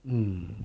mm